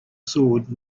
sword